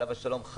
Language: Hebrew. עליו השלום,